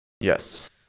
Yes